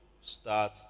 start